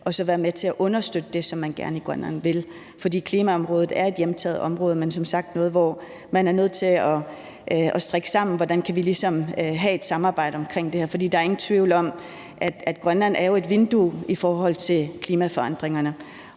så være med til at understøtte det, som man i Grønland gerne vil. For klimaområdet er et hjemtaget område, men som sagt noget, hvor man ligesom er nødt til at strikke sammen, hvordan vi kan have et samarbejde omkring det her. For der er ingen tvivl om, at Grønland jo er et vindue i forhold til klimaforandringerne,